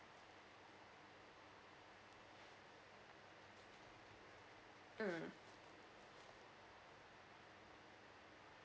mm